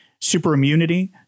superimmunity